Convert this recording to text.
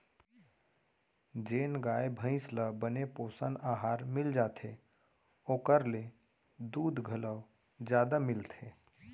जेन गाय भईंस ल बने पोषन अहार मिल जाथे ओकर ले दूद घलौ जादा मिलथे